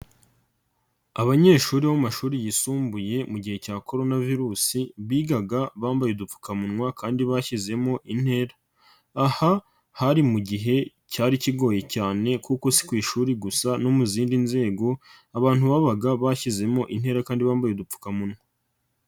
Abanyeshuri bo mashuri yisumbuye mu gihe cya Korona Virusi bigaga bambaye udupfukamunwa kandi bashyizemo intera, aha hari mu gihe cyari kigoye cyane kuko si ku ishuri gusa no mu zindi nzego abantu babaga bashyizemo intera kandi bambaye udupfukamunwa.